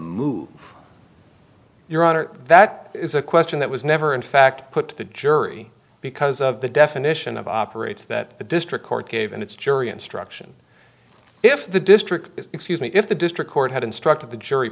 your honor that is a question that was never in fact put to the jury because of the definition of operates that the district court gave in its jury instruction if the district excuse me if the district court had instructed the jury